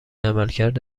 عملکرد